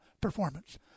performance